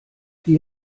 die